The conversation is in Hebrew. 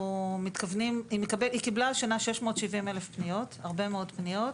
היא קיבלה השנה 670,000 פניות, הרבה מאוד פניות.